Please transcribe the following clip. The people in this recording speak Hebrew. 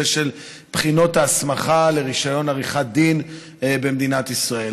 של בחינות ההסמכה לרישיון עריכת דין במדינת ישראל.